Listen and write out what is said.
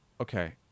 okay